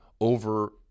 over